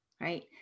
right